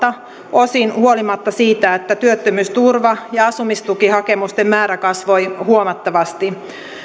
valtaosin huolimatta siitä että työttömyysturva ja asumistukihakemusten määrä kasvoi huomattavasti